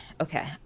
Okay